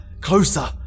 closer